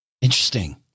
Interesting